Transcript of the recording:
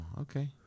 okay